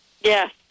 Yes